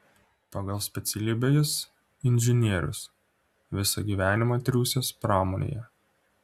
pagal specialybę jis inžinierius visą gyvenimą triūsęs pramonėje